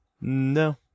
No